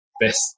best